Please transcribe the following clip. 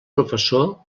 professor